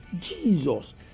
Jesus